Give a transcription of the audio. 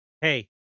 Hey